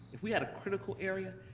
if we had a critical area,